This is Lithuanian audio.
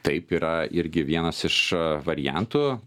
taip yra irgi vienas iš variantų